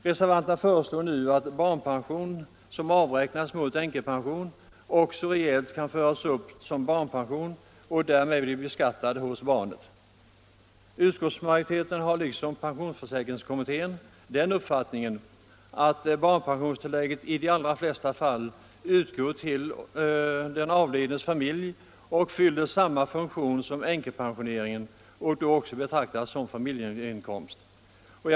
Reservanterna föreslår nu att barnpension som avräknas mot änkepension också reellt kan föras upp som barnpension och därmed bli beskattad hos barnet. Utskottsmajoriteten har liksom pensionsförsäkringskommittén den uppfattningen att barnpensionstillägget i de allra flesta fall utgår till den avlidnes familj och fyller samma funktion som änkepensioneringen, och då bör den också betraktas som familjeinkomst.